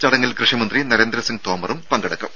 ചടങ്ങിൽ കൃഷിമന്ത്രി നരേന്ദ്രസിങ്ങ് തോമറും പങ്കെടുക്കും